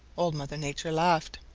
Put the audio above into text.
old mother nature laughed.